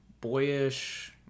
boyish